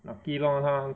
lucky lor 他